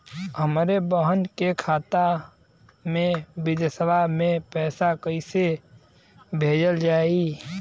हमरे बहन के खाता मे विदेशवा मे पैसा कई से भेजल जाई?